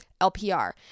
LPR